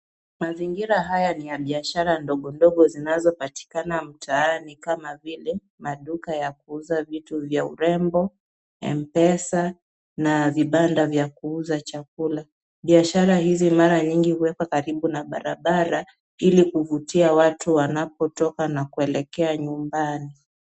Mazingira haya ni ya biashara ndogondogo zinazopatikana mtaani kama vile maduka ya kuuza vitu vya urembo, mpesa na vibanda vya kuuza chakula. Biashara hizi mara nyingi huwekwa karibu na barabara, ili kuvutia watu wanapotoka na kuelekea nyumbani.